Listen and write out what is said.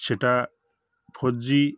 সেটা ফোর জি